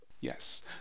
Yes